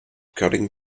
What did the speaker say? cutting